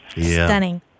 Stunning